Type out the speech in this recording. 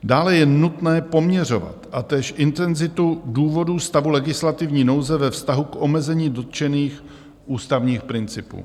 Dále je nutné poměřovat též intenzitu důvodů stavu legislativní nouze ve vztahu k omezení dotčených ústavních principů.